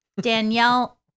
Danielle